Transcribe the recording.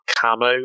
camo